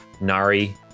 nari